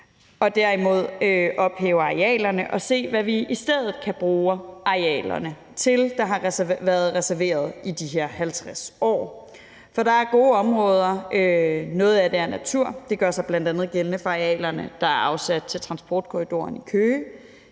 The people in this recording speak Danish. skal vi ophæve arealreservationerne og se, hvad vi i stedet kan bruge de arealer, der har været reserveret i de her 50 år, til. For det er gode områder. Noget af det er natur, og det gør sig bl.a. gældende for arealerne, der er afsat til transportkorridoren i Køge.